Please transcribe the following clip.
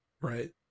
Right